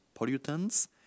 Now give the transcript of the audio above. pollutants